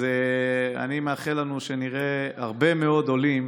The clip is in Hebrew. אז אני מאחל לנו שנראה הרבה מאוד עולים